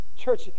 church